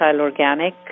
organic